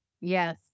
Yes